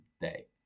day